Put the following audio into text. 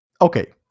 Okay